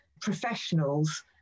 professionals